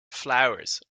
flowers